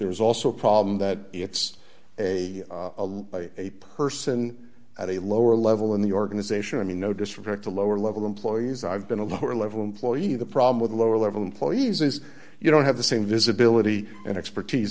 there's also a problem that it's a a person at a lower level in the organization i mean no disrespect to lower level employees i've been a lower level employee the problem with lower level employees is you don't have the same visibility and expertise